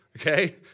Okay